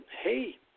hey